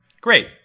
Great